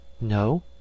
No